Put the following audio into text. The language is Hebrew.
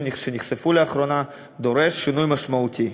שנחשפו לאחרונה דורש שינוי משמעותי,